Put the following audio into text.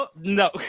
no